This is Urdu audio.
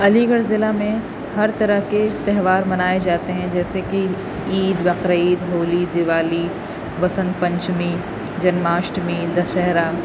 علی گڑھ ضلع میں ہر طرح کے تہوار منائے جاتے ہیں جیسے کہ عید بقرعید ہولی دیوالی وسنت پنچمی جنماشٹمی دشہرہ